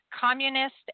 communist